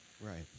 Right